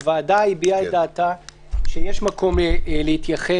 הוועדה הביעה את דעתה שיש מקום להתייחס